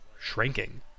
shrinking